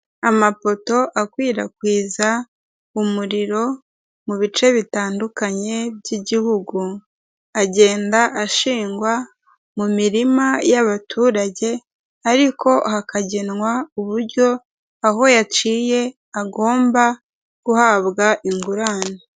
Amapoto akwirakwiza umuriro mu bice bitandukanye by'igihugu agenda ashingwa mu mirima y'abaturage ariko hakagenwa uburyo aho yaciye agomba guhabwa ingurane.